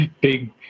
big